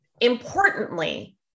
Importantly